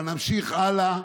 אבל נמשיך הלאה